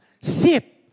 sit